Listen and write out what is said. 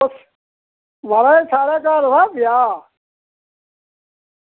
यरो साढ़े घर हा ब्याह्